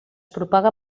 propaga